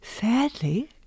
sadly